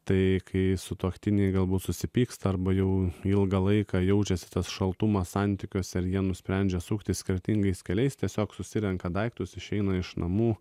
tai kai sutuoktiniai galbūt susipyksta arba jau ilgą laiką jaučiasi tas šaltumas santykiuose ar jie nusprendžia sukti skirtingais keliais tiesiog susirenka daiktus išeina iš namų